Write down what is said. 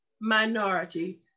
minority